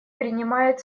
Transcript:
принимает